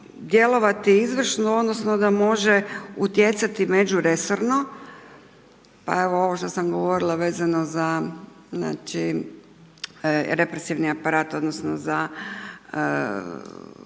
djelovati izvršno, odnosno, da može utjecati međuresorno, pa evo ovo što sam govorila vezano za represivni aparat, odnosno, za